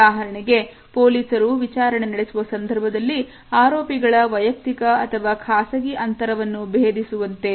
ಉದಾಹರಣೆಗೆ ಪೊಲೀಸರು ವಿಚಾರಣೆ ನಡೆಸುವ ಸಂದರ್ಭದಲ್ಲಿ ಆರೋಪಿಗಳ ವೈಯಕ್ತಿಕ ಅಥವಾ ಖಾಸಗಿ ಅಂತರವನ್ನು ಭೇದಿಸುವಂತೆ